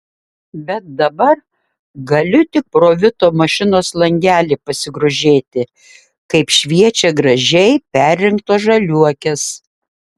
bet dabar galiu tik pro vito mašinos langelį pasigrožėti kaip šviečia gražiai perrinktos žaliuokės